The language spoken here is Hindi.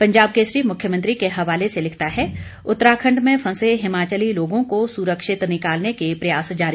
पंजाब केसरी मुख्यमंत्री के हवाले से लिखता है उत्तराखंड में फंसे हिमाचली लोगों को सुरक्षित निकालने के प्रयास जारी